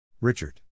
Richard